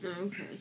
Okay